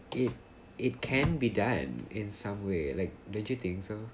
if it can be done in some way like don't you think so